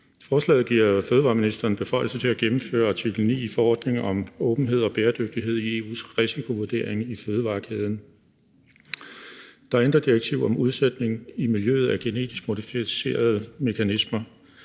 Forslaget giver fødevareministeren beføjelse til at gennemføre artikel 9 i forordning om åbenhed og bæredygtighed i EU's risikovurdering i fødevarekæden, der ændrer direktivet om udsætning i miljøet af genetisk modificerede mekanismer.